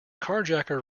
carjacker